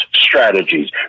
strategies